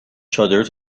چادرت